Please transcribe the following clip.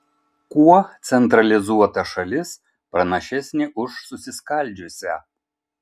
kuo centralizuota šalis pranašesnė už susiskaldžiusią